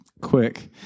quick